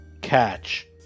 catch